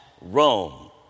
Rome